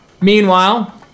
Meanwhile